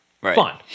fun